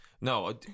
No